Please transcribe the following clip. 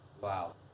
Wow